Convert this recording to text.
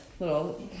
little